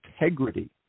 integrity